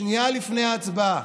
שנייה לפני ההצבעה: